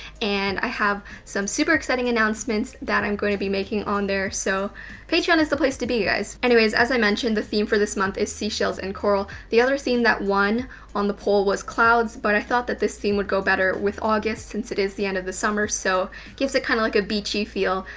and i have some super exciting announcements that i'm gonna be making on there. so patreon is the place to be you guys. anyways, as i mentioned, the theme for this month is seashells, and coral. the other scene that one on the pole was clouds, but i thought that this theme would go better with august since it is the end of the summer. so it gives it kind of like a beachy feel.